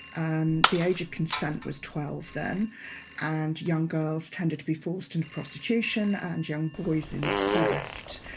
um the age of consent was twelve then and young girls tended to be forced into prostitution and young boys into theft.